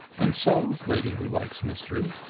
and so, lady who likes mystery,